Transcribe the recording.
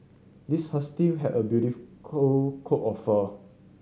this husky had a coat of fur